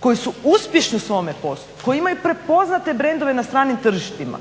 koji su uspješni u svome poslu, koji imaju prepoznate brandove na stranim tržištima